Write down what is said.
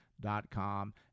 Dot-com